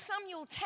Samuel